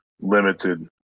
limited